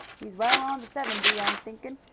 he's well on to seventy, i'm thinking.